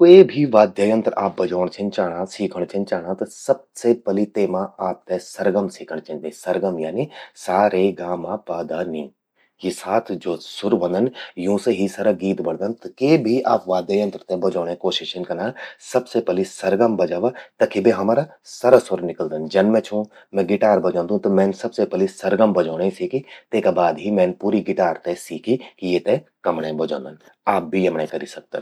क्वे भी वाद्य यंत्र आप बजौण छिन चाणा, सीखण छिन चाणा। त सबसे पलि आपते तेमा सरगम सीखण चेंदि। सरगम यानी सा, रे, गा, मां, पा, धा, नी। यि सात ज्वो सुर व्हंदन, यूंसे ही सरा गीत बणदन। के भी आप वाद्य यंत्र ते बजौणे कोशिश छिन कना, त सबसे पलि सरगम बजावा। तखि बे हमरा सरा सुर निकलदन। जन मैं छूं, मैं गिटार बजौंदू, त मैन सबसे पलि सरगम बजौणे सीखि, तेका बाद ही मैन पूरी गिटार ते सीखि कि येते कमण्यें बजौंदन। आप भी यमण्यें करि सकदन।